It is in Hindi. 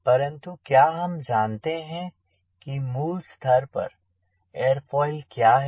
परंतु क्या हम जानते हैं कि मूल स्तर पर एरोफोइल क्या है